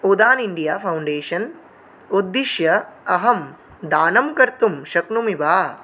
Udaan India Foundation उद्दिश्य अहं दानं कर्तुं शक्नोमि वा